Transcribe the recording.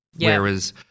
Whereas